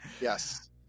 Yes